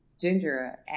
Ginger